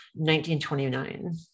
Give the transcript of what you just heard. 1929